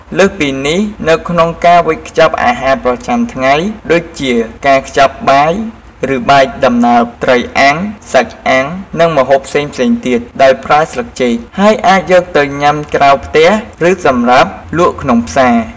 លើសពីនេះ នៅក្នុងការខ្ចប់អាហារប្រចាំថ្ងៃ ដូចជាការខ្ចប់បាយឬបាយដំណើប ត្រីអាំង សាច់អាំង និងម្ហូបផ្សេងៗទៀត ដោយប្រើស្លឹកចេក ហើយអាចយកទៅញ៉ាំក្រៅផ្ទះ ឬសម្រាប់លក់ក្នុងផ្សារ។